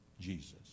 Jesus